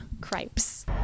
cripes